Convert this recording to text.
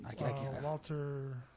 Walter